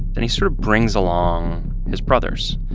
and he sort of brings along his brothers,